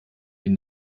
den